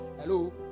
Hello